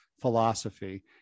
philosophy